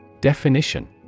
Definition